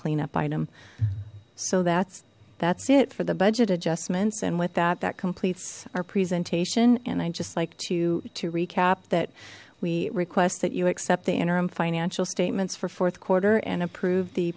cleanup item so that's that's it for the budget adjustments and with that that completes our presentation and i just like to to recap that we request that you accept the interim financial statements for fourth quarter and approve the